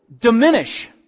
diminish